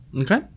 Okay